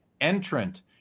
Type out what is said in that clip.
entrant